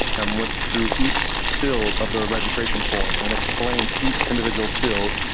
and went through each field of the registration form, and explained each individual field.